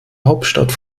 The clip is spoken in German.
hauptstadt